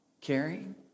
caring